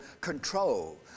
control